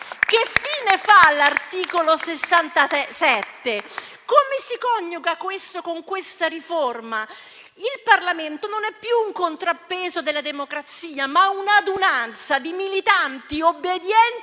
Che fine fa l'articolo 67? Come si coniuga questo con questa riforma? Il Parlamento non è più un contrappeso della democrazia, ma un'adunanza di militanti obbedienti